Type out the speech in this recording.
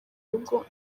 rugo